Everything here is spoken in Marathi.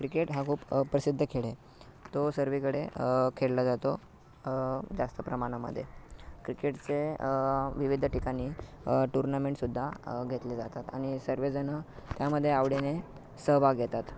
क्रिकेट हा खूप प्रसिद्ध खेळ आहे तो सर्वीकडे खेळला जातो जास्त प्रमाणामध्ये क्रिकेटचे विविध ठिकाणी टुर्नामेंटसुद्धा घेतले जातात आण सर्वेजण त्यामध्ये आवडीने सहभाग घेतात